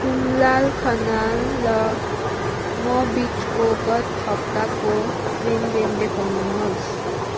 होमलाल खनाल र म बिचको गत हप्ताको लेनदेन देखाउनुहोस्